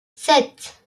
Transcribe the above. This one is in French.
sept